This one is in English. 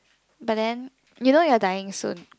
but then you know you're dying soon